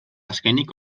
azkenik